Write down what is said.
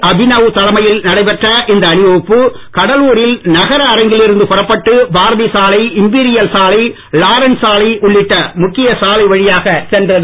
அபினவ் தலைமையில் நடைபெற்ற இந்த அணிவகுப்பு கடலூல் நகர அரங்கில் இருந்து புறப்பட்டு பாரதி சாலை இம்பீரியல் சாலை லாரன்ஸ் சாலை உள்ளிட்ட முக்கிய சாலை வழியாக சென்றது